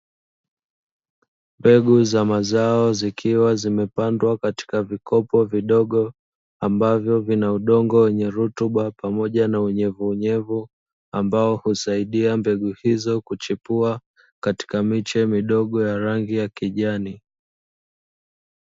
Mbegu za mazao zikiwa zimepandwa katika vikopo vidogo, ambavyo vina udongo wenye rutuba pamoja na unyevunyevu ambao husaidia mbegu izo kuchepua katika miche midogo ya rangi ya kijani.